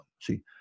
see